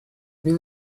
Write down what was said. will